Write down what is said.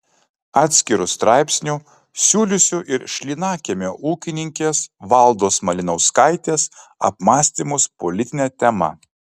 atskiru straipsniu siūlysiu ir šlynakiemio ūkininkės valdos malinauskaitės apmąstymus politine tema